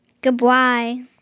Goodbye